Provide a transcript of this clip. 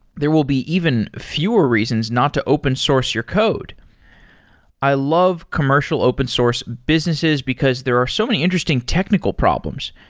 there will be even fewer reasons not to open source your code i love commercial open source businesses, because there are so many interesting technical problems.